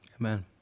Amen